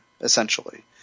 essentially